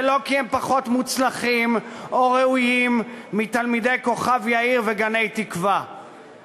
ולא כי הם פחות מוצלחים או ראויים מתלמידי כוכב-יאיר וגני-תקווה,